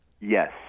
Yes